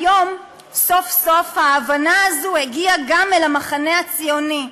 היום סוף-סוף ההבנה הזו הגיעה גם למחנה הציוני,